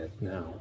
now